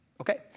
okay